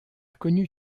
connu